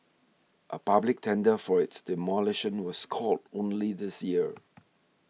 a public tender for its demolition was called only this year